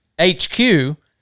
HQ